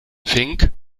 fink